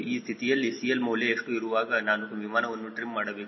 ಆ ಸ್ಥಿತಿಯಲ್ಲಿ CL ಮೌಲ್ಯ ಎಷ್ಟು ಇರುವಾಗ ನಾನು ವಿಮಾನವನ್ನು ಟ್ರಿಮ್ ಮಾಡಬೇಕು